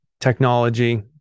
technology